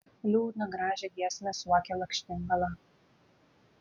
liūdną gražią giesmę suokė lakštingala